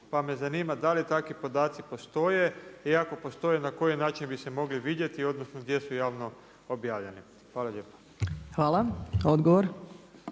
pa me zanima da li takvi podaci postoje i ako postoje na koji način bi se mogli vidjeti odnosno gdje su javno objavljeni. Hvala lijepa. **Opačić,